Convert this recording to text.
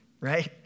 Right